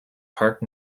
parked